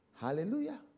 Hallelujah